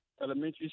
elementary